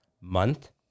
month